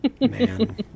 Man